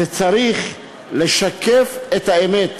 זה צריך לשקף את האמת.